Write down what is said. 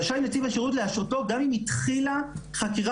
"רשאי נציב השירות להשעותו גם אם התחילה חקירה